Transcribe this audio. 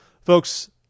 Folks